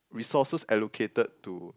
resources allocated to